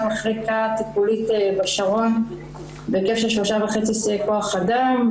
מחלקה טיפולית בשרון בהיקף של 3.5 --- כח אדם,